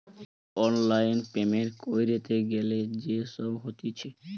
online payment ক্যরতে গ্যালে যে সব হতিছে